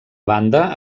banda